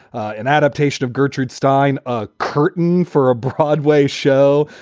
an adaptation of gertrude stein, a curtain for a broadway show,